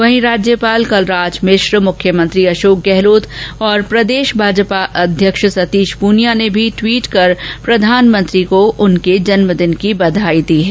वहीं राज्यपाल कलराज मिश्र मुख्यमंत्री अशोक गहलोत और प्रदेश भाजपा अध्यक्ष सतीश पूनियां ने भी ट्वीट कर प्रधानमंत्री को शुभकामनाएं दी हैं